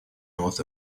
north